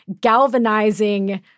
galvanizing